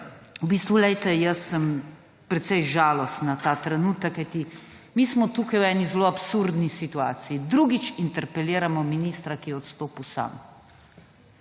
v bistvu sem jaz precej žalostna ta trenutek, kajti mi smo tukaj v eni zelo absurdni situaciji. Drugič interpeliramo ministra, ki je odstopil sam.